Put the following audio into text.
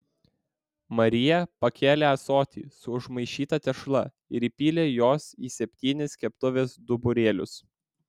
marija pakėlė ąsotį su užmaišyta tešla ir įpylė jos į septynis keptuvės duburėlius